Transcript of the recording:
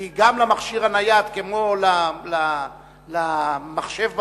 כי גם למכשיר הנייד, כמו למחשב בבית,